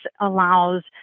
allows